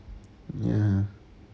ya